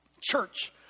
Church